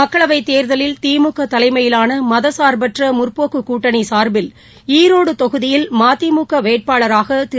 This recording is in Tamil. மக்களவைத் தேர்தலில் திமுகதலைமையிலானமதச் சார்பற்றமுற்போக்குக் கூட்டணிசார்பில் ஈரோடுதொகுதியில் மதிமுகவேட்பாளராகதிரு